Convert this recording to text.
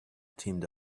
teamed